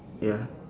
ya